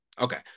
Okay